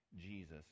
Jesus